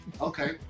Okay